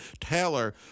Taylor